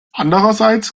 andererseits